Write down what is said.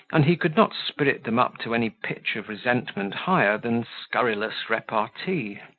and he could not spirit them up to any pitch of resentment higher than scurrilous repartee.